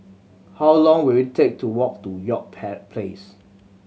how long will it take to walk to York Place